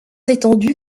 étendu